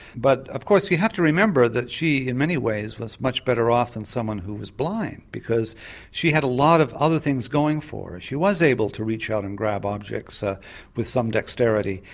but of course you have to remember that she in many ways was much better off than someone who was blind, because she had a lot of other things going for her. she was able to reach out and grab objects ah with some dexterity,